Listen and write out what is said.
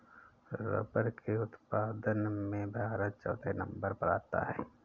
rubber के उत्पादन में भारत चौथे नंबर पर आता है